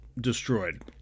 destroyed